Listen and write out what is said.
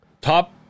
Top